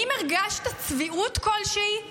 האם הרגשת צביעות כלשהי?